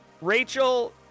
Rachel